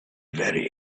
very